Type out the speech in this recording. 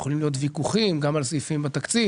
יכולים להיות ויכוחים גם על סעיפים בתקציב,